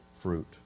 fruit